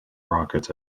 rockets